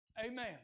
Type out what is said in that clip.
amen